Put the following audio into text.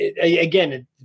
again